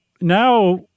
now